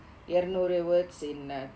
இருநூறு:iranooru words in a